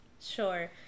Sure